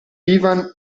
ivan